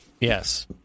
Yes